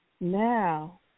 Now